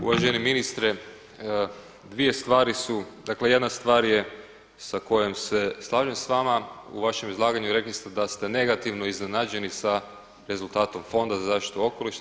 Uvaženi ministre dvije stvari su, dakle jedna stvar sa kojom se slažem s vama u vašem izlaganju i rekli ste da ste negativno iznenađeni sa rezultatom Fonda za zaštitu okoliša.